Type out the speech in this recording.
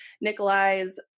Nikolai's